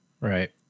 Right